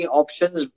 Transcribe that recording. options